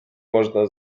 można